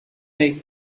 like